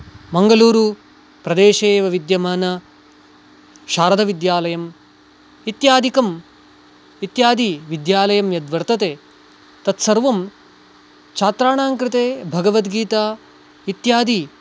मंगलूरु प्रदेशे एव विद्यमाना शारदविद्यालयम् इत्यादिकं इत्यादि विद्यालयं यद्वर्तते तत् सर्वं छात्राणां कृते भगवद्गीता इत्यादि